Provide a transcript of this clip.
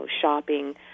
shopping